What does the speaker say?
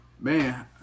man